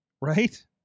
right